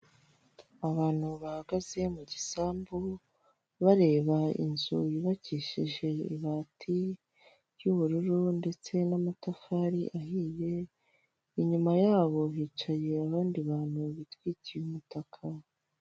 Abantu bahagaze mu gisambu bareba inzu yubakishije ibati ry'ubururu ndetse n'amatafari ahiye, inyuma y'abo hicaye abandi bantu bitwikiye umutaka.